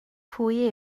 pwy